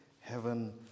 Heaven